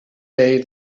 day